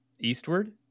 Eastward